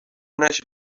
نشه